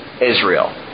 Israel